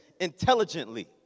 intelligently